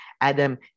Adam